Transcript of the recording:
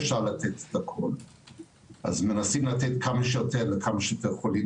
אפשר לתת הכל אז מנסים לתת כמה שיותר לכמה שיותר חולים,